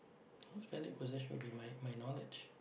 most valued possession would be my my knowledge